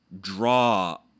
draw